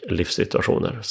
livssituationer